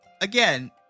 again